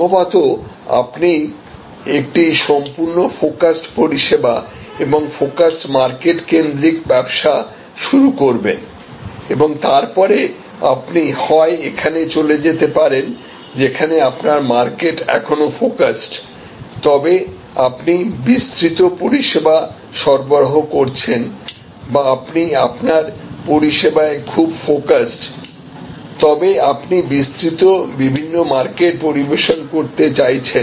সম্ভবত আপনি একটি সম্পূর্ণ ফোকাসড পরিষেবা এবংফোকাসড মার্কেট কেন্দ্রিক ব্যবসা শুরু করবেন এবং তারপরে আপনি হয় এখানে চলে যেতে পারেন যেখানে আপনার মার্কেট এখনও ফোকাসড তবে আপনি বিস্তৃত পরিষেবা সরবরাহ করছেন বা আপনি আপনার পরিষেবায় খুব ফোকাসড তবে আপনি বিস্তৃত বিভিন্ন মার্কেট পরিবেশন করতে চাইছেন